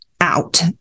out